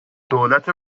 دولت